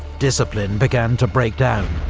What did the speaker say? discipline began to break down,